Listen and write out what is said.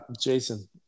Jason